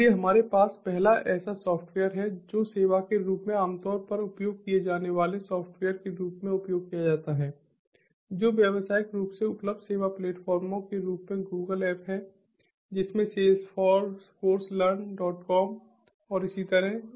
इसलिए हमारे पास पहला ऐसा सॉफ्टवेयर है जो सेवा के रूप में आमतौर पर उपयोग किए जाने वाले सॉफ़्टवेयर के रूप में उपयोग किया जाता है जो व्यावसायिक रूप से उपलब्ध सेवा प्लेटफार्मों के रूप में Google ऐप है जिसमें salesforcelearncom और इसी तरह